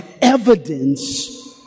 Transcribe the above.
evidence